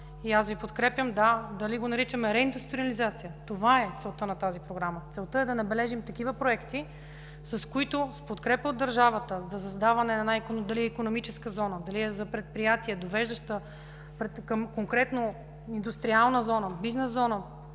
и аз Ви подкрепям, да, дори го наричаме реиндустриализация – това е целта на тази Програма. Целта е да набележим такива проекти, които с подкрепа от държавата за създаване дали на икономическа зона, дали за предприятия, навеждаща към конкретна индустриална зона, бизнес зона,